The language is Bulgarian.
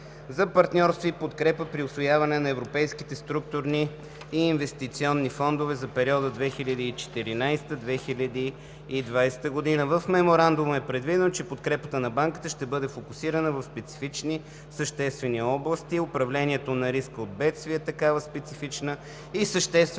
за партньорство и подкрепа при усвояване на европейските структурни и инвестиционни фондове за периода 2014 – 2020 г. В Меморандума е предвидено, че подкрепата на банката ще бъде фокусирана в специфични съществени области. Управлението на риска от бедствия е специфична и съществена